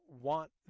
want